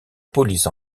police